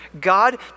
God